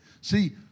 See